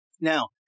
Now